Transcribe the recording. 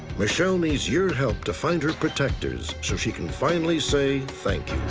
michele needs your help to find her protectors so she can finally say thank